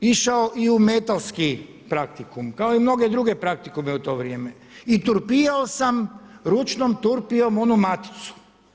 I onda sam išao i u metalski praktikum, kao i mnoge druge praktikume u to vrijeme, i turpijao sam ručnom turpijom onu maticu.